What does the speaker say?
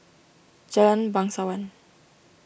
Jalan Bangsawan